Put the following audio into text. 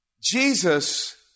Jesus